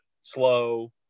slow